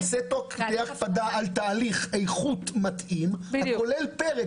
ייעשה תוך הקפדה על תהליך איכות מתאים הכולל פרק